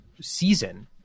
season